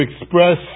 express